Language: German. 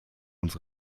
uns